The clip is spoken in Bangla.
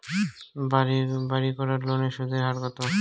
বাড়ির করার লোনের সুদের হার কত?